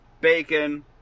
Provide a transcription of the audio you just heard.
bacon